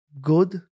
good